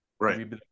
right